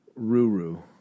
ruru